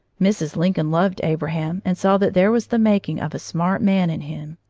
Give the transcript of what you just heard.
mrs. lincoln loved abraham and saw that there was the making of a smart man in him.